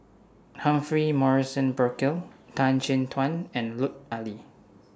Humphrey Morrison Burkill Tan Chin Tuan and Lut Ali